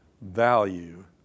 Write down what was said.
value